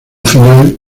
final